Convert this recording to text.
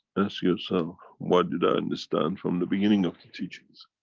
ask yourself what did i understand from the beginning of the teachings?